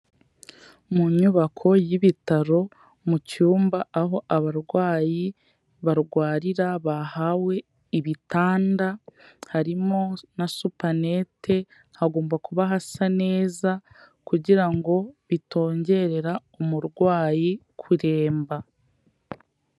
Mu nyubako y'ibitaro mu cyumba aho abarwayi barwarira bahawe ibitanda, harimo na supanete hagomba kuba hasa neza, kugira ngo bitongerera umurwayi kuremba.